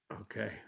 Okay